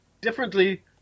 differently